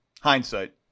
Hindsight